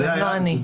אבל גם אני לא.